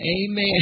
Amen